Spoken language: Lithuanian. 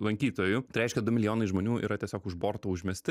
lankytojų tai reiškia du milijonai žmonių yra tiesiog už borto užmesti